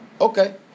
Okay